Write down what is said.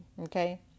Okay